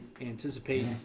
anticipate